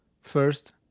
First